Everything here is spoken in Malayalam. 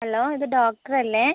ഹലോ ഇത് ഡോക്ടർ അല്ലേ